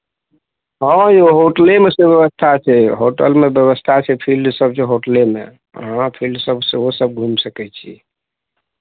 हँ यौ होटलेमे से व्यवस्था छै होटलमे व्यवस्था छै फील्डसभ छै होटलेमे अहाँ फील्डसभ सेहोसभ घुमि सकै छी